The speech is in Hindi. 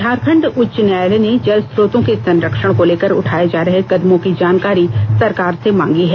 झारखंड उच्च न्यायालय ने जलस्रोतों के संरक्षण को लेकर उठाए जा रहे कदमों की जानकारी सरकार से मांगी है